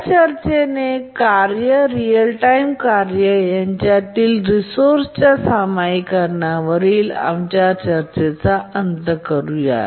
त्या चर्चेने कार्ये रीअल टाइम कार्ये यांच्यातील रिसोर्संच्या सामायिकरणावरील आमच्या चर्चेचा अंत करूया